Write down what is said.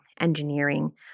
engineering